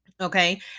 okay